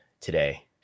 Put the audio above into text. today